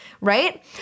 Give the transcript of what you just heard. right